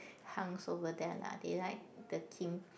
hunks over there lah they like the Kim